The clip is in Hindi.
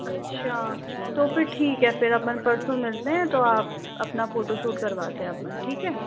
अच्छा तो फिर ठीक है फिर अपन परसों मिलते हैं तो आप अपना फोटोशूट करवाते हैं अपन ठीक है